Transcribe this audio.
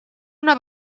una